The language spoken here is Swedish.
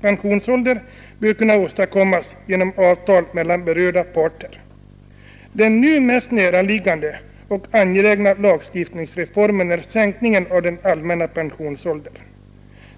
pensionsålder bör kunna åstadkommas genom avtal mellan berörda parter. Den nu mest näraliggande och angelägna lagstiftningsreformen är sänkningen av den allmänna pensionsåldern.